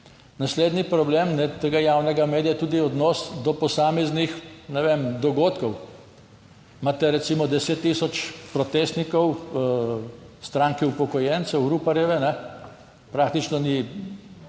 Naslednji problem tega javnega medija je tudi odnos do posameznih, ne vem, dogodkov. Imate recimo 10000 protestnikov stranke upokojencev, Ruparjeve, praktično ni,